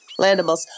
Landimals